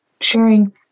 sharing